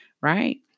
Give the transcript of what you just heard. right